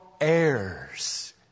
heirs